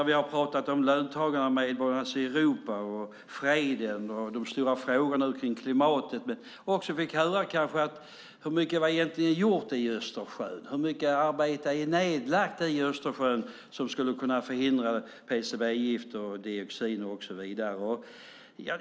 Vi pratar om löntagarnas och medborgarnas Europa och freden och de stora frågorna kring klimatet, men hur mycket arbete är nedlagt i Östersjön som skulle kunna förhindra PCB-gifter och dioxiner och så vidare?